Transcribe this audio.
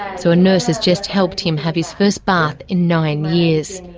so a nurse has just helped him have his first bath in nine years.